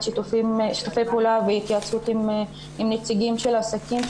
שיתופי פעולה והתייעצות עם נציגים של עסקים,